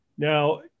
Now